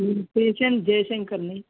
patient జయశంకర్ని